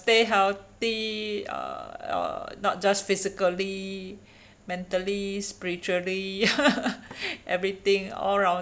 stay healthy uh not just physically mentally spiritually everything all round